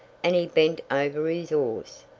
and he bent over his oars.